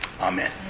Amen